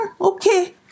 okay